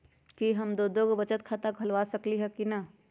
कि हम दो दो गो बचत खाता खोलबा सकली ह की न?